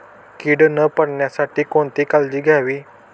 कीड न पडण्यासाठी कोणती काळजी घ्यावी?